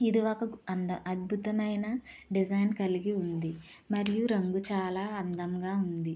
ఇది ఒక అంద అద్భుతమైన డిజైన్ కలిగి ఉంది మరియు రంగు చాలా అందంగా ఉంది